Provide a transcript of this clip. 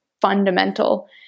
fundamental